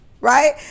right